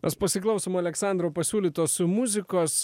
mes pasiklausom aleksandro pasiūlytos muzikos